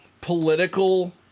political